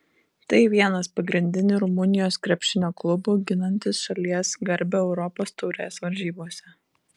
tai vienas pagrindinių rumunijos krepšinio klubų ginantis šalies garbę europos taurės varžybose